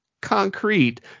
concrete